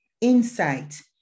insight